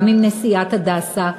גם עם נשיאת "הדסה",